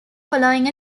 following